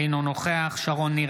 אינו נוכח שרון ניר,